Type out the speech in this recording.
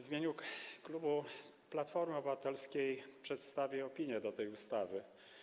W imieniu klubu Platformy Obywatelskiej przedstawię opinię co do tej ustawy.